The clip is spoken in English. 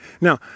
Now